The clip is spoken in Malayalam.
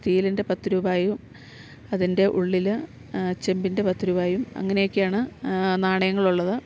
സ്റ്റീലിൻ്റെ പത്ത് രൂപയും അതിൻ്റെ ഉള്ളിൽ ചെമ്പിൻ്റെ പത്ത് രൂപയും അങ്ങനെയൊക്കെയാണ് നാണയങ്ങളുള്ളത്